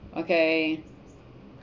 okay